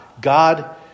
God